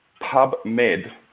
PubMed